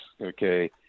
okay